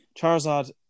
charizard